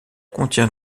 contient